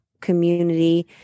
community